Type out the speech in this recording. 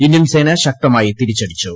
Indian സേന ശക്തമായി തിരിച്ചടിച്ചു